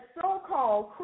so-called